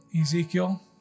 Ezekiel